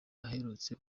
aherutse